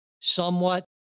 somewhat